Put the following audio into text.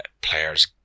players